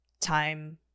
time